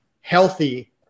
healthy